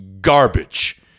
garbage